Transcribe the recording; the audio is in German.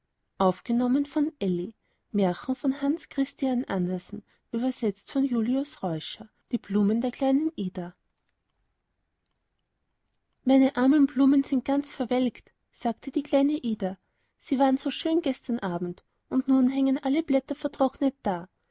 die blumen der kleinen ida meine armen blumen sind ganz verwelkt sagte die kleine ida sie waren so schön gestern abend und nun hängen alle blätter vertrocknet da